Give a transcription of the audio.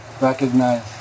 recognize